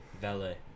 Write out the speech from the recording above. Valet